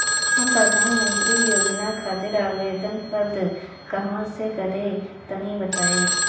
हम प्रधनमंत्री योजना खातिर आवेदन कहवा से करि तनि बताईं?